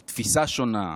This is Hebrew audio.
על תפיסה שונה,